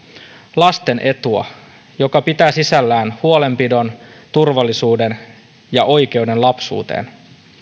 lasten etua joka pitää sisällään huolenpidon turvallisuuden ja oikeuden lapsuuteen